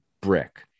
brick